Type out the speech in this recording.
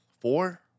four